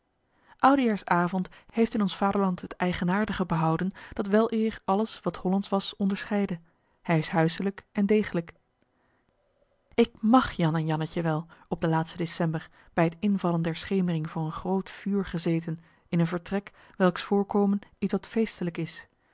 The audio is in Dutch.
oudejaars avond heeft in ons vaderland het eigenaardige behouden dat weleer alles wat hollandsch was onderscheidde hij is huiselijk en degelijk ik mag jan en jannetje wel op den laatsten december bij het invallen der schemering voor een groot vuur gezeten in een vertrek welks voorkomen ietwat feestelijk is